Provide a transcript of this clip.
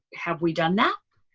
have we done that?